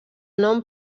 nom